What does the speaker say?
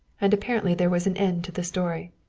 and apparently there was an end to the story.